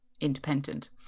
independent